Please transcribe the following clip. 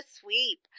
sweep